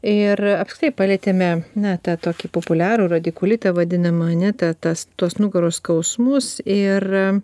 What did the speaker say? ir apskritai palietėme na tokį populiarų radikulitą vadinamą ane tą tas tuos nugaros skausmus ir